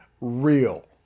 real